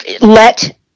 Let